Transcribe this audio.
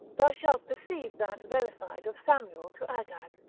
thou shalt perceive that verified of samuel to agag,